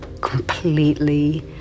completely